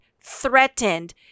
threatened